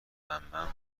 عمم